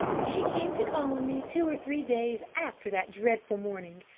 she came to call on me two or three days after that dreadful morning.